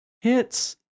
hits